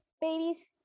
babies